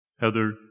Heather